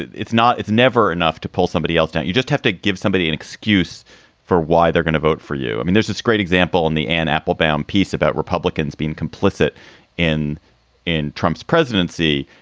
it's not it's never enough to pull somebody else down. you just have to give somebody an excuse for why they're going to vote for you. i mean, there's this great example in the anne applebaum piece about republicans being complicit in in trump's presidency.